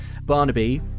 Barnaby